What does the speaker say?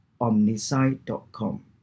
omnisci.com